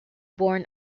born